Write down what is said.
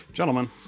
Gentlemen